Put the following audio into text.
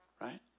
Right